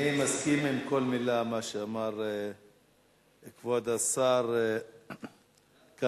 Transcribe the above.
אני מסכים לכל מלה שאמר כבוד השר כחלון,